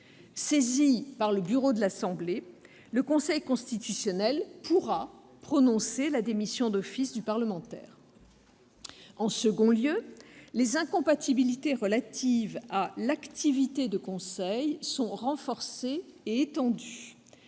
Saisi par le bureau de l'assemblée, le Conseil constitutionnel pourra prononcer la démission d'office du parlementaire. En second lieu, les incompatibilités relatives à l'activité de conseil sont renforcées et étendues.